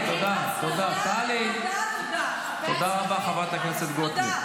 תודה רבה, חברת הכנסת גוטליב.